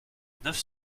neuf